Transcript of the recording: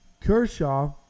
kershaw